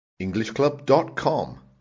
Englishclub.com